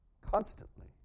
constantly